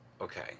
Okay